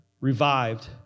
Revived